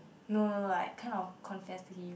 no no no like kind of confess to him